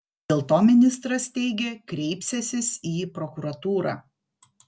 dėl to ministras teigė kreipsiąsis į prokuratūrą